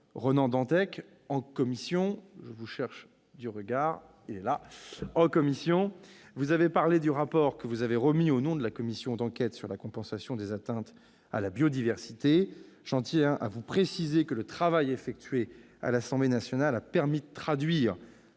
ordonnances. Monsieur le sénateur Ronan Dantec, en commission, vous avez parlé du rapport, que vous avez remis au nom de la commission d'enquête sur la compensation des atteintes à la biodiversité. Je tiens à vous préciser que le travail effectué à l'Assemblée nationale a permis de traduire,